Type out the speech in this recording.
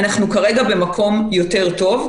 אנחנו כרגע במקום יותר טוב.